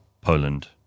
Poland